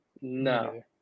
No